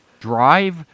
drive